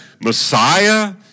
Messiah